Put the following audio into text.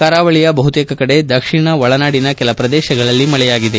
ಕರಾವಳಿಯ ಬಹುತೇಕ ಕಡೆ ದಕ್ಷಿಣ ಒಳನಾಡಿನ ಕೆಲ ಪ್ರದೇಶಗಳಲ್ಲಿ ಮಳೆಯಾಗಿದೆ